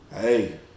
Hey